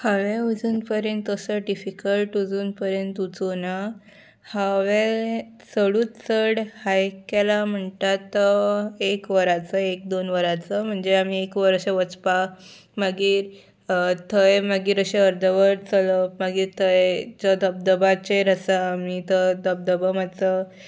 हांवें अजून पर्यंत तसो डिफिकल्ट अजून पर्यंत वचूं ना हांवें चडूच चड हायक केला म्हणटा तो एक वराचो एक दोन वराचो म्हणजे आमी एक वर अशें वचपाक मागीर थंय मागीर अशें अर्दवर चलप मागीर थंय जो धबधब्याचेर आसा आमी तो धबधबो मातसो